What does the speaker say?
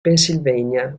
pennsylvania